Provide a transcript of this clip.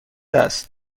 است